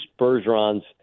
Bergeron's